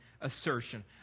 assertion